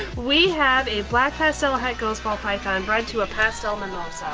we have a black pastel, high ghost ball python bred to a pastel manoff.